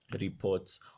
reports